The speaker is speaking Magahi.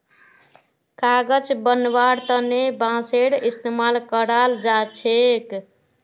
कागज बनव्वार तने बांसेर इस्तमाल कराल जा छेक